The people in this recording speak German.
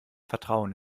vertrauen